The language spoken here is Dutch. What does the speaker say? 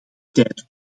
tijden